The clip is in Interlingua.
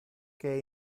que